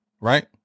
right